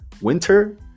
winter